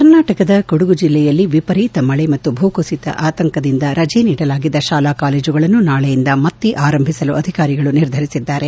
ಕರ್ನಾಟಕದ ಕೊಡಗು ಜಿಲ್ಲೆಯಲ್ಲಿ ವಿಪರೀತ ಮಳೆ ಮತ್ತು ಭೂಕುಸಿತ ಆತಂಕದಿಂದ ರಜೆ ನೀಡಲಾಗಿದ್ದ ಶಾಲೆ ಕಾಲೇಜುಗಳನ್ನು ನಾಳೆಯಿಂದ ಮತ್ತೆ ಆರಂಭಿಸಲು ಅಧಿಕಾರಿಗಳು ನಿರ್ಧರಿಸಿದ್ದಾರೆ